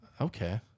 Okay